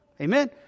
Amen